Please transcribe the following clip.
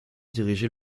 dirigé